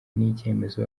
n’icyemezo